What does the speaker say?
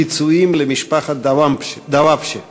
פיצויים למשפחת דוואבשה.